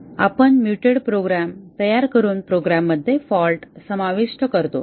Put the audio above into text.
आपण muted program तयार करून प्रोग्राममध्ये फॉल्ट समाविष्ट करतो